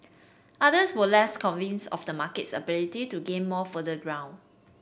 others were less convinced of the market's ability to gain more further ground